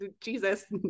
Jesus